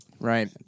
Right